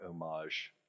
homage